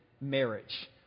marriage